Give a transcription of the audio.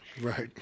Right